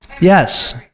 yes